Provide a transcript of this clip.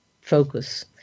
focus